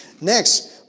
next